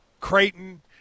Creighton